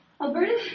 Alberta